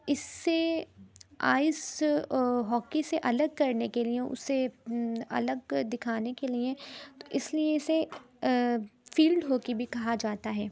اس سے ice hockey سے الگ کرنے کے لیے اسے الگ دکھانے کے لیے اس لیے اسے فیلڈ ہاکی بھی کہا جاتا ہے